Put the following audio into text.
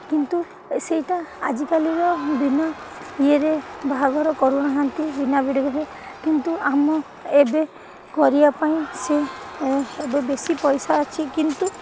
କିନ୍ତୁ ସେଇଟା ଆଜିକାଲିର ବିନା ଇଏରେ ବାହାଘର କରୁନାହାନ୍ତି ବିନା ଭିଡ଼ିଓରେ କିନ୍ତୁ ଆମ ଏବେ କରିବା ପାଇଁ ସେ ଏବେ ବେଶୀ ପଇସା ଅଛି କିନ୍ତୁ